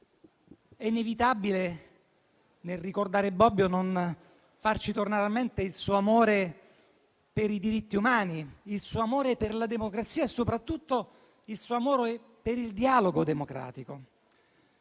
È inevitabile, nel ricordare Bobbio, farci tornare alla mente il suo amore per i diritti umani, il suo amore per la democrazia e soprattutto il suo amore per il dialogo democratico.